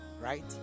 right